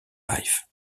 life